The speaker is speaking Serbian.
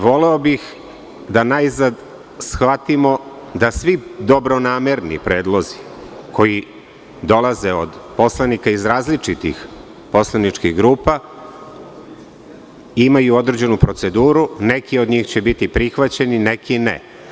Voleo bih da najzad shvatimo da svi dobronamerni predlozi koji dolaze od poslanika iz različitih poslaničkih grupa imaju određenu proceduru, neki od njih će biti prihvaćeni, neki ne.